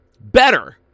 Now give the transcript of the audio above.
better